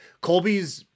Colby's